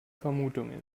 vermutung